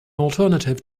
alternative